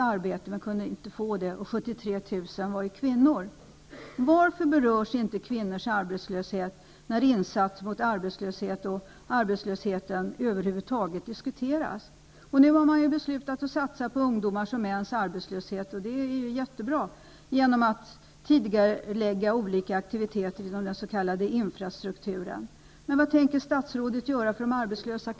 Varför berörs kvinnors arbetslöshet när insatser mot arbetslösheten över huvud taget diskuteras? Nu har man beslutat att satsa på ungdomars och mäns arbetslöshet -- det är ju bra -- genom att tidigarelägga olika aktiviteter inom den s.k.